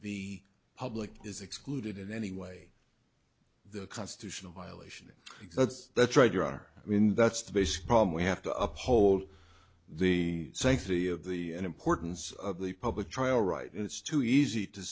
the public is excluded in any way the constitutional violation because that's right you are i mean that's the basic problem we have to uphold the sanctity of the importance of the public trial right and it's too easy to